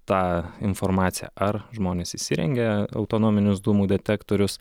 tą informaciją ar žmonės įsirengia autonominius dūmų detektorius